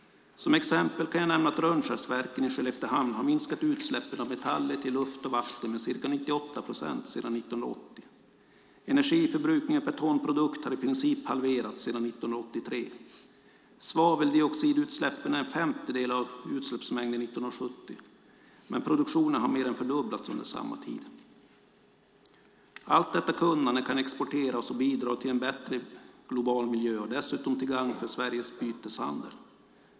Som exempel kan jag nämna att Rönnskärsverken i Skelleftehamn har minskat utsläppen av metaller till luft och vatten med ca 98 procent sedan 1980. Energiförbrukningen per ton produkt har i princip halverats sedan 1983. Svaveldioxidutsläppen är en femtedel av utsläppsmängden 1970, men produktionen har mer än fördubblats under samma tid. Allt detta kunnande kan exporteras och bidra till en bättre global miljö och är dessutom till gagn för Sveriges byteshandel.